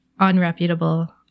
unreputable